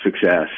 success